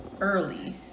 early